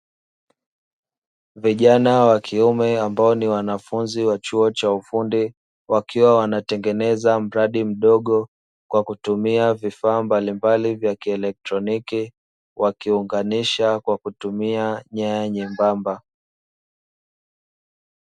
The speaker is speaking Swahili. Vijana wa kiume ambao ni wanafunzi wa chuo cha ufundi wakiwa wanatengeneza mradi mdogo, kwa kutumia vifaa mbalimbali vya kieletroniki wakiunganisha kwa kutumia nyaya nyembamba.